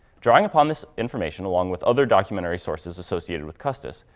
drawing upon this information, along with other documentary sources associated with custis,